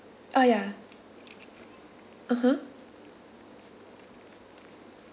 ah ya (uh huh)